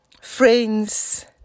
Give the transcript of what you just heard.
friends